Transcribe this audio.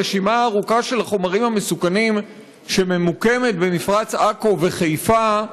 הרשימה הארוכה של החומרים המסוכנים שממוקמים במפרץ עכו וחיפה,